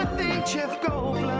jeff goldblum.